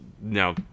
Now